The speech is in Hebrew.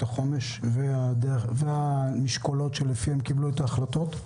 החומש והמשקולות שלפיהם קיבלו את ההחלטות?